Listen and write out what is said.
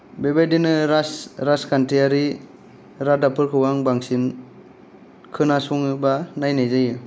बेबायदिनो राशि राजखान्थियारि रादाबफोरखौ आं बांसिन खोनासङो बा नायनाय जायो